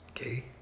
Okay